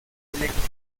electos